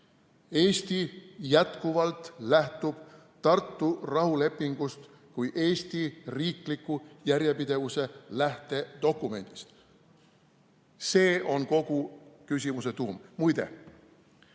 lähtub jätkuvalt Tartu rahulepingust kui Eesti riikliku järjepidevuse lähtedokumendist. See on kogu küsimuse tuum. Muide,